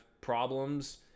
problems